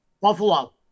buffalo